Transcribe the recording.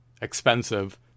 expensive